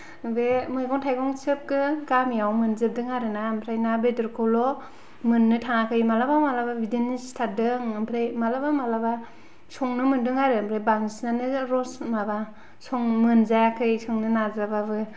बे मैगं थाइगं सोबबो गामियाव मोनजोबदों आरोना ओमफ्राय ना बेदरखौल' मोन्नो थाङाखै मालाबा मालाबा बिदिनो सिथारदों ओमफ्राय मालाबा मालाबा संनो मोनदों आरो ओमफ्राय बांसिनानो रस माबा संनो मोनजायाखै संनो नाजाबाबो